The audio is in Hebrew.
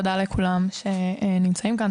תודה לכולם שנמצאים כאן,